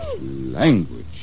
Language